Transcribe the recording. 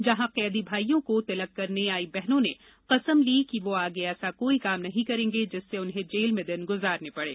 जहां कैदी भाईयों को तिलक करने आई बहनों ने कसम ली की वो आगे ऐसा कोई काम नहीं करेंगे जिससे उन्हें जेल में दिन गुजारने पड़े